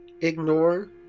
ignore